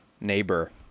neighbor